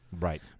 Right